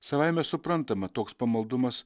savaime suprantama toks pamaldumas